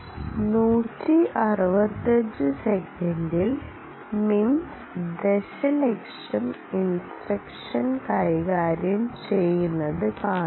165 refer സമയം 4154 സെക്കൻഡിൽ MIPS ദശലക്ഷം ഇൻസ്ട്രക്ഷൻ കൈകാര്യം ചെയ്യുന്നത് കാണാം